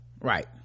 right